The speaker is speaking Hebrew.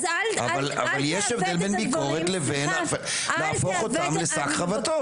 אבל יש הבדל בין ביקורת לבין להפוך אותם לשק חבטות.